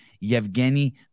yevgeny